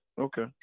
okay